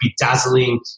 bedazzling